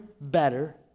better